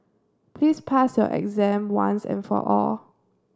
please pass your exam once and for all